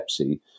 Pepsi